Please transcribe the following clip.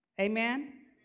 Amen